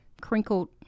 crinkled